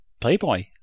playboy